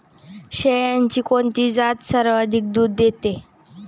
शेळ्यांची कोणती जात सर्वाधिक दूध देते?